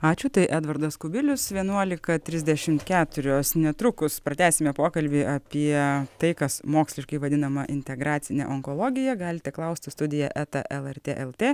ačiū tai edvardas kubilius vienuolika trisdešim keturios netrukus pratęsime pokalbį apie tai kas moksliškai vadinama integracine onkologija galite klausti studija eta lrt lt